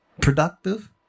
productive